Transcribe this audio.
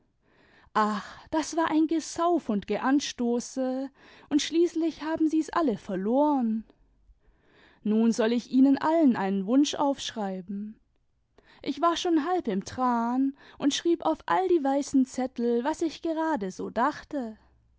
ach das war ein gesauf und geanstoße und schließlich haben sie s alle verloren nun soll ich ihnen allen einen wunsch aufschreiben ich war schon halb im tran und schrieb auf all die weißen zettel was ich gerade so dachte